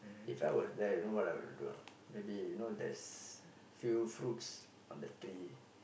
If I was there you know what I'll do maybe you know there's few fruits on the tree